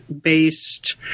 based